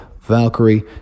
Valkyrie